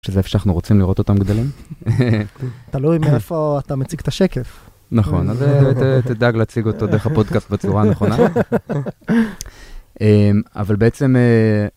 שזה איפה שאנחנו רוצים לראות אותם גדלים. תלוי מאיפה אתה מציג את השקף. נכון, אז תדאג להציג אותו דרך הפודקאסט בצורה הנכונה. אבל בעצם...